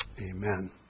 Amen